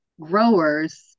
growers